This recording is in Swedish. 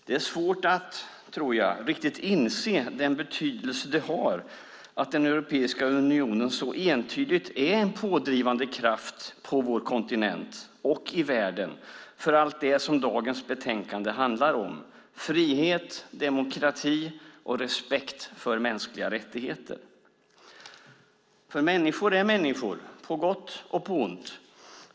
Det är svårt att riktigt inse, tror jag, den betydelse det har att Europeiska unionen så entydigt är en så pådrivande kraft på vår kontinent och i världen för allt det som dagens betänkande handlar om, frihet, demokrati och respekt för mänskliga rättigheter. Människor är människor på gott och på ont.